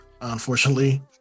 unfortunately